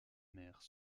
mère